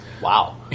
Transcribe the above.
Wow